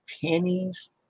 pennies